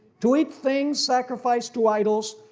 to eat things sacrificed to idols,